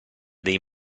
dei